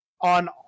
On